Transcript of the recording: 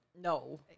No